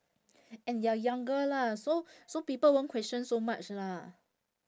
and you are younger lah so so people won't question so much lah